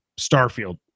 Starfield